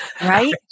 right